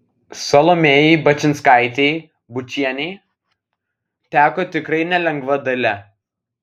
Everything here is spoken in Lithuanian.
salomėjai bačinskaitei bučienei teko tikrai nelengva dalia